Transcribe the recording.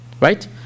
right